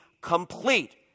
complete